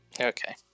Okay